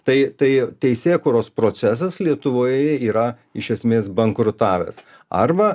tai tai teisėkūros procesas lietuvoje yra iš esmės bankrutavęs arba